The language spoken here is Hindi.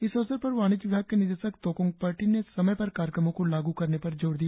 इस अवसर पर वाणिज्य विभाग के निदेशक तोकोंग पर्टिन ने समय पर कार्यक्रमों को लागू करने पर जोर दिया